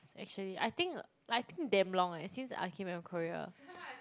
actually I think I think damn long eh since I came back from Korea